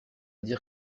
dire